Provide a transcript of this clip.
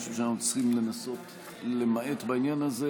אני חושב שאנחנו צריכים לנסות למעט בעניין הזה,